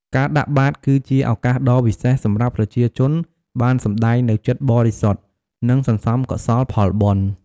ការដាក់បាតគឺជា ឱកាសដ៏វិសេសសម្រាប់ប្រជាជនបានសម្តែងនូវចិត្តបរិសុទ្ធ និងសន្សំកុសលផលបុណ្យ។